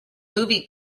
movie